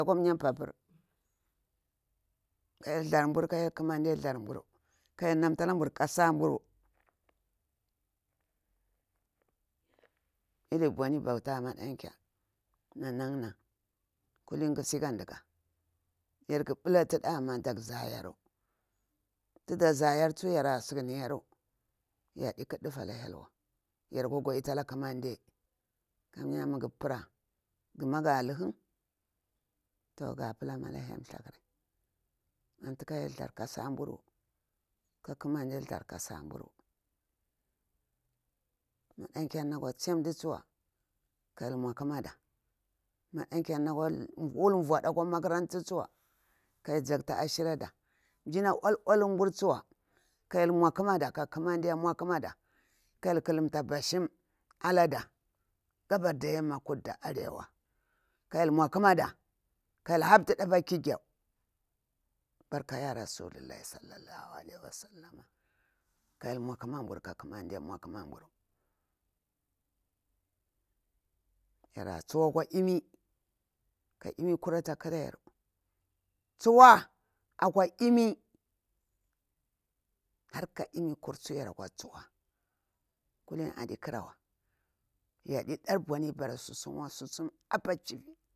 Akwa nmiya pabur ka hyel thur nburu kah ƙumade thur nburu, kah hyel namtala nburu kasa nburu. E kwani bauta madan kyar na nan- nan kuli ni ƙusi ka nɗika yarƙu ɓlatida ama dak zayaru tiza yaru tsiwa yara siƙu niyaru yardi kaldufu ala hyel wa. Yar kwa gwadita ala ƙumande kamiya nguri parah guma ga luhun. Toh ga palama ka hyel thlakuri. Atika hyel thar kasa nburu ka kumade thur kasa nburu. manda kyar nakwa siyandu tsuwa ka hyel nmwa ƙumada mada nkgar na kwa wul nyuda makaranta tsuwa ka hyel zakti ashira dah. Njina uwal uwal nburu tsuwa ka hyeal nmwa kumada ka ƙumande nmwa kumada ka hyel kulumta ba shim ala ɗa, gabar da yamma kudu da arewa. Ka hyel mwa ƙumada, ka hyel hapti ɗa apah kigiw. Barka yara sulahi (s. A. W). Ka hyel nmwa ƙuma nburu ka. kumande nmwa kamaburu. Yara tsuhuwa akwa emi ka eni kura ata ƙura yaru, tsuhura akwa emi, har ka emi kura tsu yar kwa tsuhuwa kulini adi karawa yadi dar buni bara susun wa apa chivi.